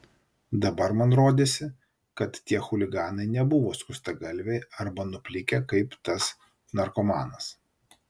dabar man rodėsi kad tie chuliganai nebuvo skustagalviai arba nuplikę kaip tas narkomanas